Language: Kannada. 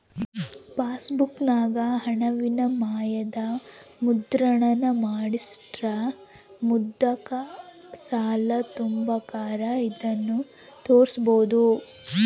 ಪಾಸ್ಬುಕ್ಕಿನಾಗ ಹಣವಿನಿಮಯದ ಮುದ್ರಣಾನ ಮಾಡಿಸಿಟ್ರ ಮುಂದುಕ್ ಸಾಲ ತಾಂಬಕಾರ ಇದನ್ನು ತೋರ್ಸ್ಬೋದು